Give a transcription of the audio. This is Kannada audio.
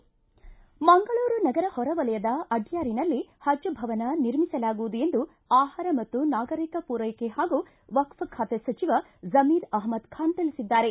ಮಂಗಳೂರು ನಗರ ಹೊರವಲಯದ ಅಡ್ಕಾರಿನಲ್ಲಿ ಪಜ್ ಭವನ ನಿರ್ಮಿಸಲಾಗುವುದು ಎಂದು ಆಪಾರ ಮತ್ತು ನಾಗರಿಕ ಪೂರೈಕೆ ಹಾಗೂ ವಕ್ಕೆ ಖಾತೆ ಸಚಿವ ಜಮೀರ್ ಅಷ್ಣದ್ ಖಾನ್ ತಿಳಿಸಿದ್ದಾರೆ